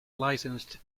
licensed